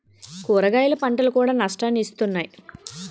కూరగాయల పంటలు కూడా నష్టాన్ని ఇస్తున్నాయి